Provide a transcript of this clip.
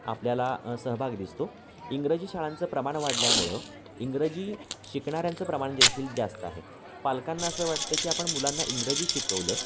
आपल्याला सहभाग दिसतो इंग्रजी शाळांचं प्रमाण वाढल्यामुळं इंग्रजी शिकणाऱ्यांचं प्रमाण देेखील जास्त आहे पालकांना असं वाटतं की आपण मुलांना इंग्रजी शिकवलं